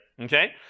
Okay